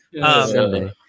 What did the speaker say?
Sunday